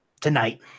Tonight